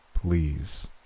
Please